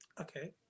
Okay